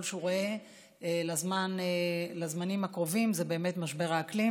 שהוא ראה לזמנים הקרובים זה באמת משבר האקלים.